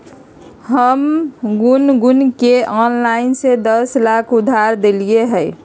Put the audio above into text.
हम गुनगुण के ऑनलाइन से दस लाख उधार देलिअई ह